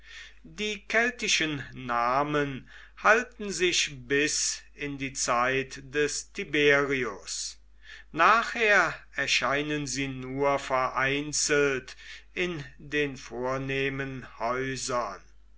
die keltischen namen halten sich bis in die zeit des tiberius nachher erscheinen sie nur vereinzelt in den vornehmen häusern